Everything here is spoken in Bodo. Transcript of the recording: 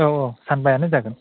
औ औ सानबायानो जागोन